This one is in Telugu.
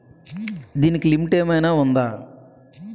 దీనికి లిమిట్ ఆమైనా ఉందా?